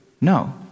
No